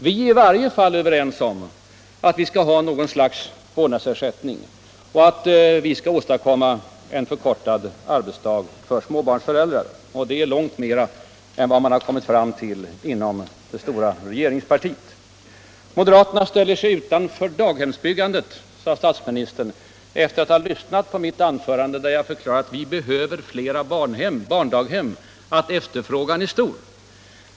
Vi är överens om att vi skall ha något slags vårdnadsersättning och att vi skall åstadkomma en förkortad arbetsdag för småbarnsföräldrar - och det är långt mer än man har kommit fram till inom det stora regeringspartiet. Moderaterna ställer sig utanför daghemsbyggandet, sade statsministern, efter att ha lyssnat till mitt anförande, där jag förklarade att vi behöver fler barndaghem och att efterfrågan är stor.